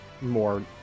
more